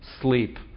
sleep